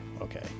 Okay